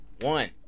one